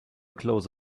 close